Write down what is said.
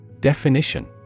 Definition